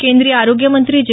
केंद्रीय आरोग्य मंत्री जे